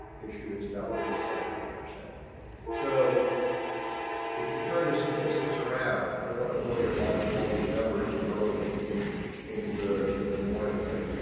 issue it's about thirty seven. so if you turn the statistics are out i don't want to blow your mind with all these numbers early in in the in the morning, but